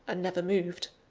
and never moved.